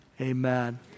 amen